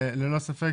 ללא ספק,